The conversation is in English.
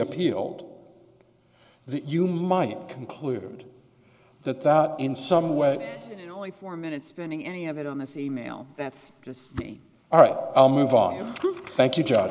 appealed the you might conclude that that in some way only four minutes spending any of it on this e mail that's just me all right i'll move on to thank you josh